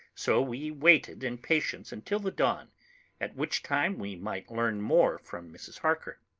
so we waited in patience until the dawn at which time we might learn more from mrs. harker.